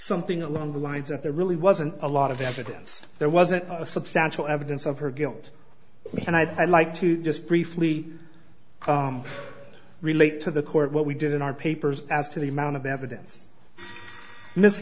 something along the lines of the really wasn't a lot of evidence there wasn't a substantial evidence of her guilt and i'd like to just briefly relate to the court what we did in our papers as to the amount of evidence